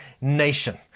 nation